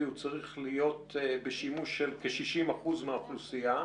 הוא צריך להיות בשימוש של כ-60% מהאוכלוסייה,